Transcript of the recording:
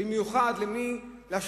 במיוחד למי?